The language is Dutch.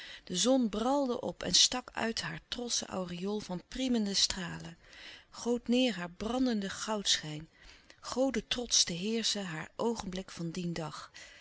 de zon bralde op en stak uit haar trotschen aureool van priemende stralen goot neêr haar brandenden goudschijn godetrotsch te heerschen haar oogenblik van dien dag